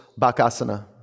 Bakasana